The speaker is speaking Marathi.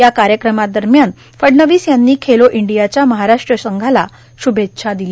या कार्यक्रमादरम्यान फडणवीस यांनी खेलो इंडियाच्या महाराष्ट्र संघास शभेच्छा दिल्या